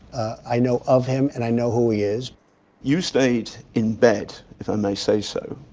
i know of him, and i know who he is you stayed in bed, if i may say so,